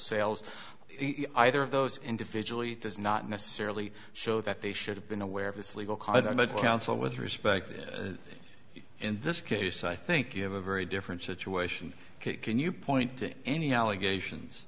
sales either of those individually does not necessarily show that they should have been aware of this legal cause of the council with respect in this case i think you have a very different situation can you point to any allegations